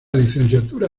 licenciatura